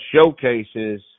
showcases